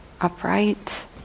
upright